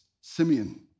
Simeon